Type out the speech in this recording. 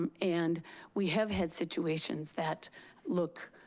um and we have had situations that look